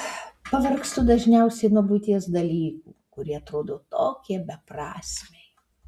pavargstu dažniausiai nuo buities dalykų kurie atrodo tokie beprasmiai